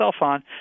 on